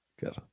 good